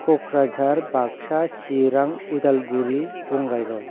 Kokrajhar Baksa Chirang Udalguri Bongaigaon